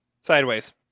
Sideways